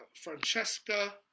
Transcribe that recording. Francesca